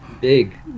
big